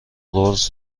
قرص